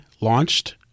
launched